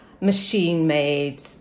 machine-made